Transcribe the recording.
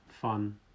fun